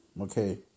Okay